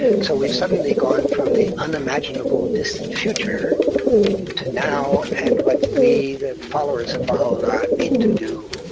so we've suddenly gone from the unimaginable distant future to now, and what we, the followers of baha'u'llah, need to do.